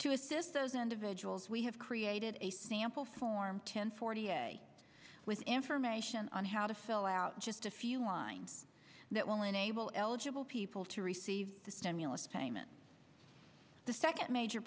to assist those individuals we have created a sample form ten forty a with information on how to fill out just a few lines that will enable eligible people to receive the stimulus payment the second major